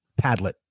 Padlet